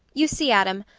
you see adam,